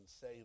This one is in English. say